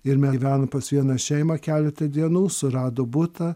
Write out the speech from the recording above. ir mes gyvenom pas vieną šeimą keletą dienų surado butą